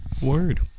Word